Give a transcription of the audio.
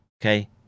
Okay